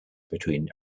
between